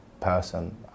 person